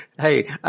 Hey